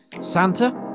Santa